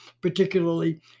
particularly